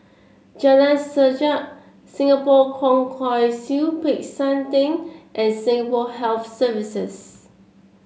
Jalan Sajak Singapore Kwong Wai Siew Peck San Theng and Singapore Health Services